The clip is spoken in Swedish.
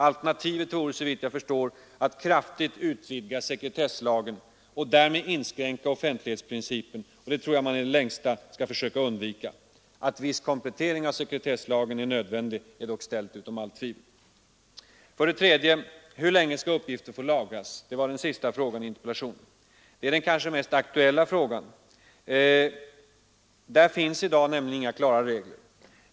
Alternativet vore såvitt jag förstår att kraftigt utvidga sekretesslagen och därmed inskränka offentlighetsprincipen, och det tror jag att man i det längsta skall försöka undvika. Att viss komplettering av sekretesslagen är nödvändig är dock ställt utom allt tvivel. För det tredje tog jag i interpellationen upp frågan: Hur länge skall uppgifter få lagras? Det är den kanske mest aktuella frågan. Där finns nämligen i dag inga klara regler.